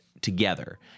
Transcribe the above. together